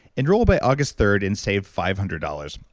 enroll by august third and save five hundred dollars.